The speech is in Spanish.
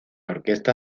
orquesta